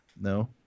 No